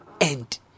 end